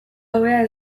hobea